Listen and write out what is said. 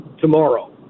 tomorrow